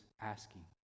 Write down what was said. asking